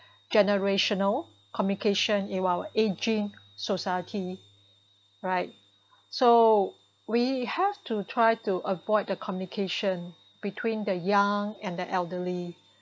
generational communication in our ageing society right so we have to try to avoid the communication between the young and the elderly